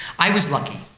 i was lucky.